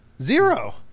Zero